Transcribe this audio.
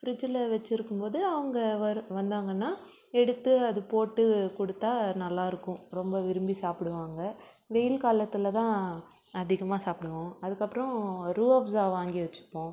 ஃப்ரிட்ஜில் வச்சுருக்கும் போது அவங்க வரு வந்தாங்கன்னால் எடுத்து அது போட்டு கொடுத்தா நல்லா இருக்கும் ரொம்ப விரும்பி சாப்பிடுவாங்க வெயில் காலத்தில் தான் அதிகமாக சாப்பிடுவோம் அதுக்கு அப்பறம் ரூஅப்சா வாங்கி வச்சுப்போம்